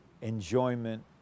enjoyment